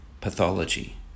Pathology